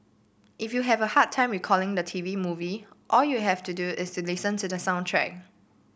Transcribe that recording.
if you have a hard time recalling the T V movie all you have to do is listen to the soundtrack